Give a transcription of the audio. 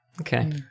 Okay